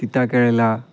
তিতা কেৰেলা